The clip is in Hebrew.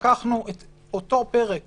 לקחנו את אותו פרק